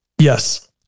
Yes